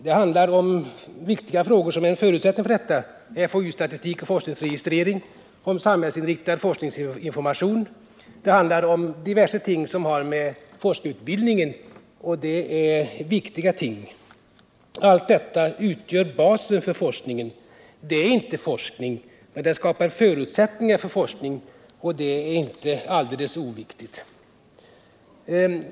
Den handlar om viktiga frågor, som är en förutsättning för detta, det är FoU-statistik och forskningsregistrering, och det är samhällsinriktad forskningsinformation. Det handlar om diverse ting som har med forskarutbildning att göra, och det är viktiga ting. Allt detta utgör basen för forskningen. Det är inte forskning, men det skapar förutsättningar för forskning, och det är inte alldeles oviktigt.